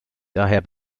daher